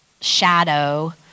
shadow